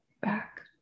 back